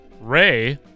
Ray